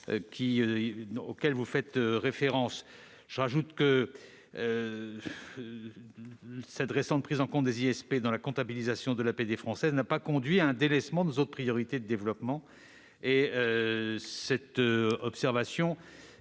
J'ajoute que cette récente prise en compte des ISP dans la comptabilisation de l'APD française n'a pas conduit à un délaissement de nos autres priorités de développement.